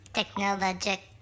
Technologic